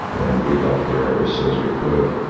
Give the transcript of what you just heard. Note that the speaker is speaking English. and we got there as soon as we could.